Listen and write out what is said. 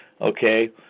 Okay